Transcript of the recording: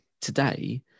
today